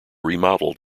remodeled